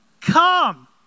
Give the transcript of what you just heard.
Come